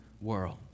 world